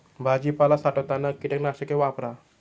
भाजीपाला साठवताना कीटकनाशके वापरा